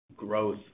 growth